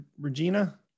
Regina